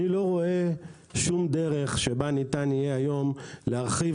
אני לא רואה שום דרך שבה ניתן יהיה היום להרחיב